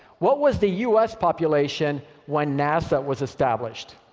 what was the u s. population when nasa was established?